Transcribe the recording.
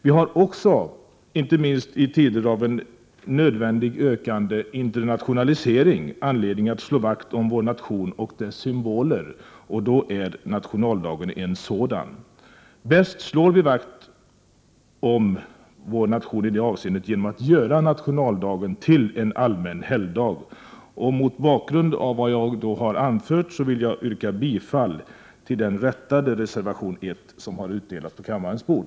Vi har också, inte minst i tider av en nödvändig ökande internationalisering, anledning att slå vakt om vår nation och dess symboler, och nationaldagen är en sådan. I det avseendet slår vi bäst vakt om vår nation genom att göra nationaldagen till en allmän helgdag. Mot bakgrund av vad jag har anfört vill jag yrka bifall till den rättade reservation 1 som har utdelats på kammarens bord.